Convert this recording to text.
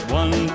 one